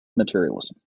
materialism